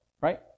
right